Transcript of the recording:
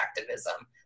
activism